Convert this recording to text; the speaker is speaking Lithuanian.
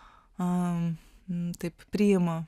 taip priima